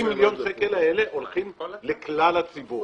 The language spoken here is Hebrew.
40 מיליון השקל האלה, הולכים לכלל הציבור.